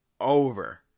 over